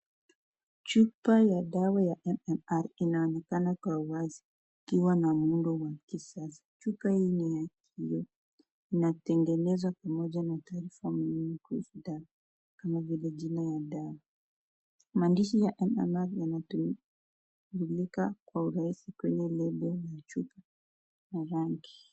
Chupa ya dawa ya MMR inaonekana kwa wazi ikiwa na muundo wa kisasa, chupa hii ni ya kioo, inatengenezwa pamoja na ...kama vile jina ya dawa maandishi ya MMR inamulika kwa urahisi kwenye lebo ya chupa na rangi.